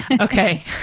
Okay